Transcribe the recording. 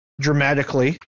dramatically